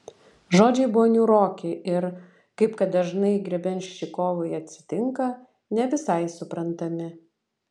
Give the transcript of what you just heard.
žodžiai buvo niūroki ir kaip kad dažnai grebenščikovui atsitinka ne visai suprantami